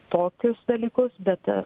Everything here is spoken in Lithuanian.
tokius dalykus bet